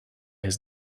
his